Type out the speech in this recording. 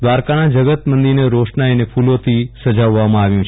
દ્વારકાના જગત મંદિરને રોશનાઇ અને ફૂલોથી સજાવવામાં આવ્યું છે